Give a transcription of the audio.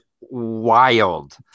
wild